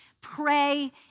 pray